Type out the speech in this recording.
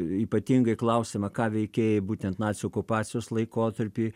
ypatingai klausimą ką veikei būtent nacių okupacijos laikotarpį